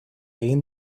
egin